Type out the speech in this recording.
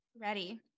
ready